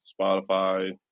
Spotify